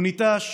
הוא ניטש